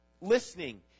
Listening